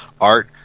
art